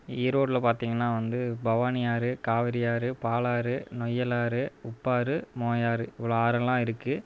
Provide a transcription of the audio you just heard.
ஈரோடில் பார்த்திங்கன்னா வந்து பவானி ஆறு காவேரி ஆறு பாலாறு நொய்யல் ஆறு உப்பாறு மோயாறு இவ்வளோ ஆறுலெம் இருக்குது